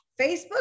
Facebook